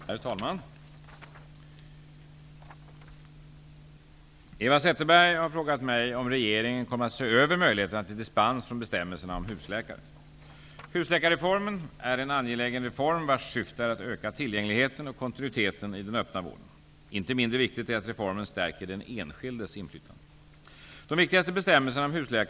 Herr talman! Eva Zetterberg har frågat mig om regeringen kommer att se över möjligheterna till dispens från bestämmelserna om husläkare. Husläkarreformen är en angelägen reform vars syfte är att öka tillgängligheten och kontinuiteten i den öppna vården. Inte mindre viktigt är att reformen stärker den enskildes inflytande.